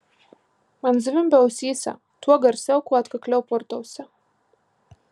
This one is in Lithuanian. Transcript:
man zvimbia ausyse tuo garsiau kuo atkakliau purtausi